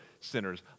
sinners